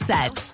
Set